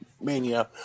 mania